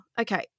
okay